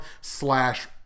slash